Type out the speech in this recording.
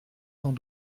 sans